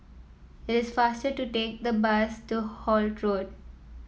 it is faster to take the bus to Holt Road